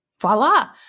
Voila